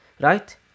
right